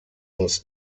uns